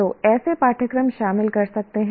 तो ऐसे पाठ्यक्रम शामिल कर सकते हैं